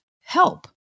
help